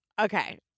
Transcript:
Okay